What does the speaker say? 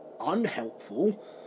unhelpful